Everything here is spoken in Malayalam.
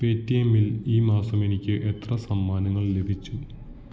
പേ ടി എമ്മിൽ ഈ മാസമെനിക്ക് എത്ര സമ്മാനങ്ങൾ ലഭിച്ചു